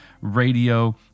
Radio